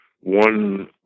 one